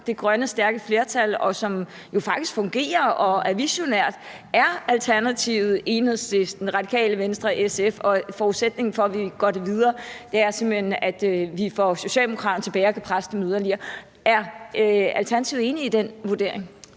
det grønne, stærke flertal, som jo faktisk fungerer og er visionært, er Alternativet, Enhedslisten, Radikale Venstre og SF. Og forudsætningen for, at vi går videre med det, er simpelt hen, at vi får Socialdemokraterne tilbage og kan presse dem yderligere. Er Alternativet enig i den vurdering?